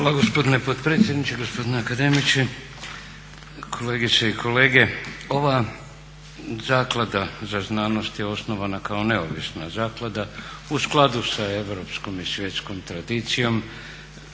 Hvala gospodine potpredsjedniče, gospodine akademiče, kolegice i kolege. Ova Zaklada za znanost je osnovana kao neovisna zaklada u skladu sa europskom i svjetskom tradicijom